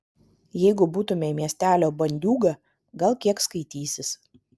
jeigu būtumei miestelio bandiūga gal kiek skaitysis